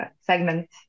segment